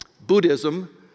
Buddhism